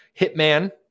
hitman